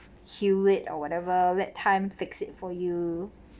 kill it or whatever let time fix it for you